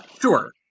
Sure